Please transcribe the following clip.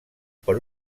per